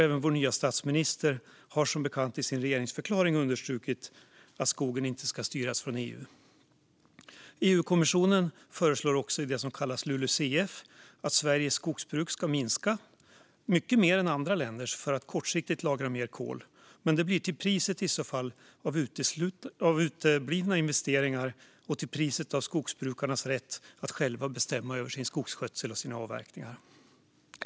Även vår nya statsminister har som bekant i sin regeringsförklaring understrukit att skogen inte ska styras från EU. EU-kommissionen föreslår också i det som kallas LULUCF att Sveriges skogsbruk ska minska mycket mer än andra länders för att kortsiktigt lagra mer kol. Men det blir i så fall till priset av uteblivna investeringar och till priset av skogsbrukarnas rätt att själva bestämma över sin skogsskötsel och sina avverkningar.